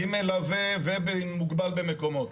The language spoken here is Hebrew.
עם מלווה ומוגבל במקומות.